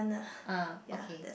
ah okay